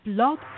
Blog